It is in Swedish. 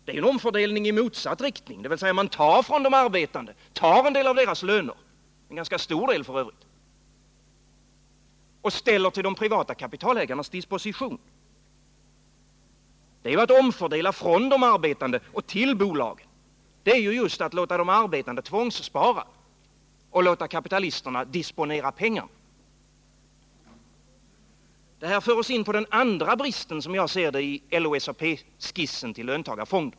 Det är en omfördelning i motsatt riktning, dvs. man tar från de arbetande en del av deras löner — en ganska stor del f. ö. — och ställer till de privata kapitalägarnas disposition. Det är att omfördela från de arbetande till bolagen. Det är just att låta de arbetande tvångsspara och låta kapitalisterna disponera pengarna. Detta för oss in på, som jag ser det, den andra bristen i LO-SAP:s skiss till löntagarfonder.